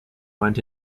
went